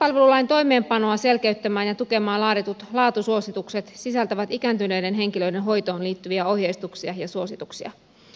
vanhuspalvelulain toimeenpanoa selkeyttämään ja tukemaan laaditut laatusuositukset sisältävät ikääntyneiden henkilöiden hoitoon liittyviä ohjeistuksia ja suosituksia